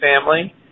family